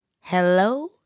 hello